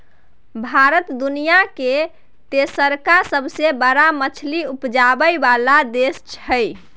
भारत दुनिया के तेसरका सबसे बड़ मछली उपजाबै वाला देश हय